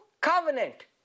covenant